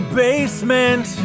basement